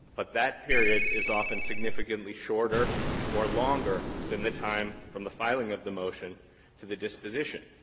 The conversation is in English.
but that period is often significantly shorter or longer than the time from the filing of the motion to the disposition.